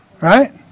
Right